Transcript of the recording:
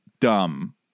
dumb